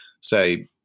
say